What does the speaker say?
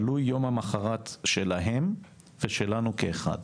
תלוי יום המחרת שלהם ושלנו כאחד."